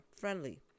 friendly